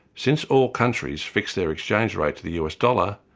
since all countries fix their exchange rate to the us dollar,